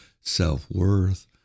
self-worth